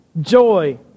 joy